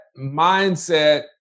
mindset